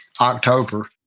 October